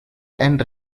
and